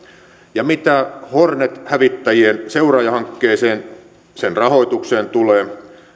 ja mitä hornet hävittäjien seuraajahankkeeseen sen rahoitukseen tulee